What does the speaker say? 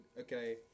okay